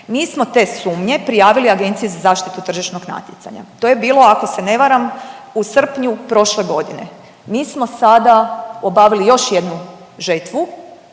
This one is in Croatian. mi smo te sumnje prijavili Agenciji za zaštitu tržišnog natjecanja, to je bilo ako se ne varam u srpnju prošle godine, mi smo sada obavili još jednu žetvu,